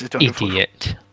Idiot